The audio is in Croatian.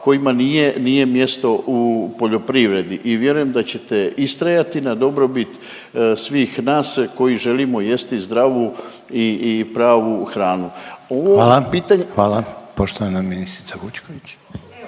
nije, nije mjesto u poljoprivredi i vjerujem da ćete istrajati na dobrobit svih nas koji želimo jesti zdravu i pravu hranu. …/Upadica Željko